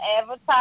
advertise